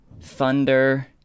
thunder